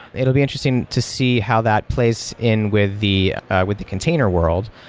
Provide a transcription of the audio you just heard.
it will be interesting to see how that plays in with the with the container world.